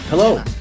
Hello